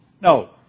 No